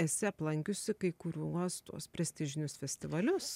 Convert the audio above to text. esi aplankiusi kai kuriuos tuos prestižinius festivalius